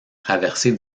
traverser